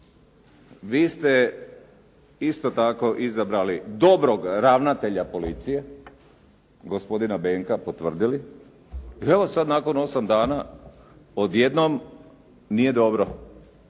vi ste isto tako izabrali dobrog ravnatelja policije, gospodina Benka, potvrdili i evo sad nakon osam dana odjednom nije dobro.